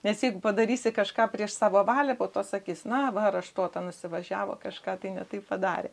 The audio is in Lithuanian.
nes jeigu padarysi kažką prieš savo valią po to sakys na va raštuota nusivažiavo kažką tai ne taip padarė